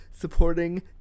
supporting